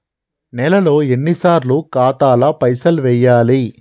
నెలలో ఎన్నిసార్లు ఖాతాల పైసలు వెయ్యాలి?